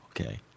Okay